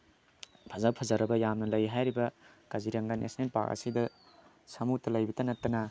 ꯐꯖ ꯐꯖꯔꯕ ꯌꯥꯝꯅ ꯂꯩ ꯍꯥꯏꯔꯤꯕ ꯀꯥꯖꯤꯔꯪꯒ ꯅꯦꯁꯅꯦꯜ ꯄꯥꯛ ꯑꯁꯤꯗ ꯁꯥꯃꯨꯇ ꯂꯩꯕꯗ ꯅꯠꯇꯅ